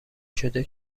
شده